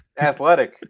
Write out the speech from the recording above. athletic